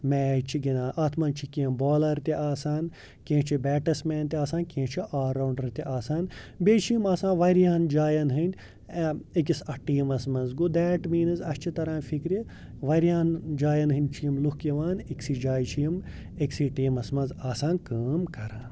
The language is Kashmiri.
میچ چھِ گِندان اَتھ مَنٛز چھِ کینٛہہ بالَر تہٕ آسان کینٛہہ چھِ بیٹٕس مین تہٕ آسان کینٛہہ چھِ آل راوُنڈَر تہٕ آسان بییٚہٕ چھِ یِم آسان واریاہَن جایَن ہِنٛدۍ أکِس اَتھ ٹیٖمَس مَنٛز گوٚو دیٹ میٖنِز اَسہِ چھُ تَران فِکرِ واریاہَن جایَن ہِنٛدۍ چھِ یِم لُکھ یِوان أکسی جایہِ چھِ یِم أکسی ٹیٖمَس مَنٛز آسان کٲم کَران